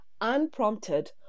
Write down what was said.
unprompted